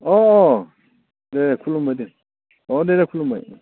अह दे खुलुमबाय दे अह दे दे खुलुमबाय